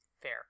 fair